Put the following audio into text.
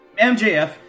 MJF